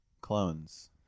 clones